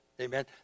Amen